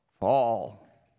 fall